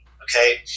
Okay